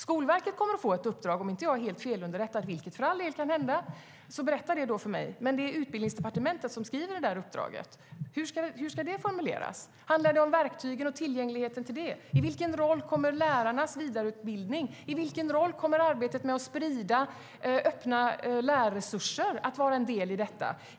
Skolverket kommer att få ett uppdrag, om jag inte är helt felunderrättad - vilket för all del kan hända; berätta då det för mig. Det är Utbildningsdepartementet som skriver uppdraget. Hur ska det formuleras? Handlar det om verktygen och tillgängligheten till dem? I vilken roll kommer lärarnas vidareutbildning? I vilken roll kommer arbetet med att sprida öppna läranderesurser att vara en del av detta?